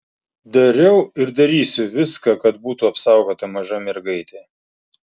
dariau ir darysiu viską kad būtų apsaugota maža mergaitė